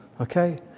okay